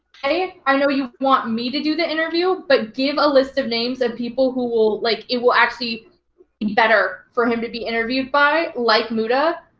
hey, i know you want me to do the interview but give a list of names and people who will, like, it will actually be better for him to be interviewed by like muta,